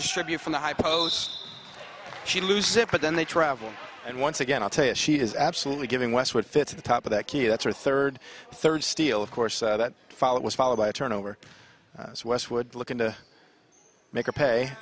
distribute from the hypos she lose it but then they travel and once again i'll tell you she is absolutely giving westwood fits the top of that key that's her third third steal of course that followed was followed by a turnover as westwood looking to make a pay